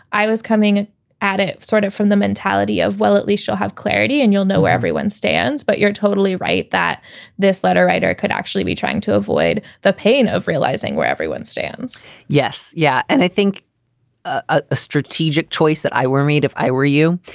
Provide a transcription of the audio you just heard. i was coming at it sort of from the mentality of, well, at least you'll have clarity and you'll know where everyone stands. but you're totally right that this letter writer could actually be trying to avoid the pain of realizing where everyone stands yes. yeah. and i think a strategic choice that i were made if i were you,